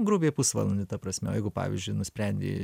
grubiai pusvalandį ta prasmeo jeigu pavyzdžiui nusprendei